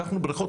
לקחנו בריכות,